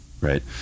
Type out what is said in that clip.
right